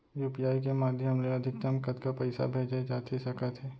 UPI के माधयम ले अधिकतम कतका पइसा भेजे जाथे सकत हे?